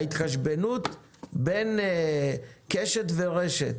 ההתחשבנות בין קשת ורשת